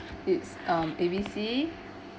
it's um A B C